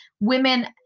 women